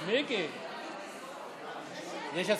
רגע,